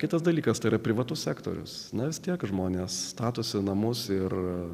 kitas dalykas tai yra privatus sektorius nes tie žmonės statosi namus ir